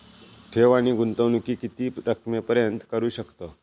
ठेव आणि गुंतवणूकी किती रकमेपर्यंत करू शकतव?